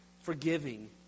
forgiving